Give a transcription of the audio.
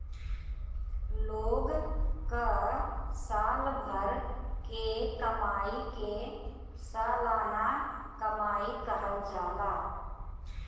लोग कअ साल भर के कमाई के सलाना कमाई कहल जाला